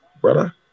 brother